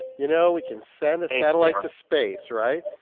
you know, we can send a satellite to space, right?